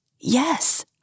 Yes